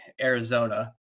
Arizona